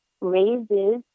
raises